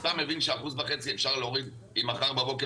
אתה מבין ש-1.5% אפשר להוריד אם מחר בבוקר